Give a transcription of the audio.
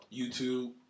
YouTube